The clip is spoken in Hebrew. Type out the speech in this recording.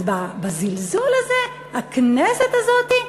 אז בזלזול הזה, הכנסת הזאת?